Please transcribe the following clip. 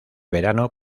verano